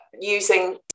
using